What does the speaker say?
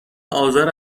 آزار